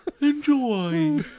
Enjoy